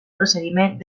procediment